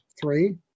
Three